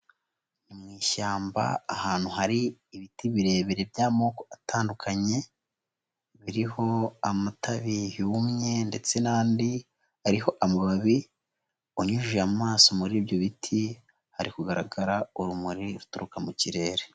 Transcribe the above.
Mu ishyamba ahantu hari ibiti birebire by'amoko atandukanye, biriho amatabi yumye ndetse n'andi ariho amababi, unyujije amaso muri ibyo biti, hari kugaragara urumuri ruturuka mu kirere.